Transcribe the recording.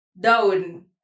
down